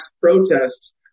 protests